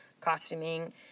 costuming